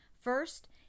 first